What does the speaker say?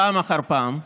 פעם אחר פעם,